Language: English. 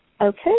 Okay